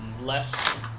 less